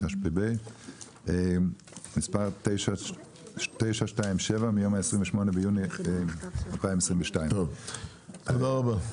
התשפ"ב 2022. מספר 927 מיום ה- 28 ביוני 2022. טוב תודה רבה.